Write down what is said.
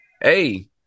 Hey